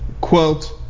quote